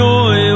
Joy